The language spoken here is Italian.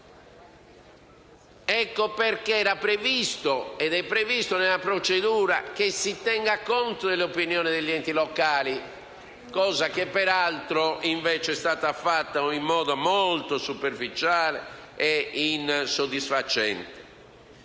Ecco perché era ed è prevista nella procedura che si tenga conto dell'opinione degli enti locali, cosa che invece è stata fatta in modo molto superficiale ed insoddisfacente.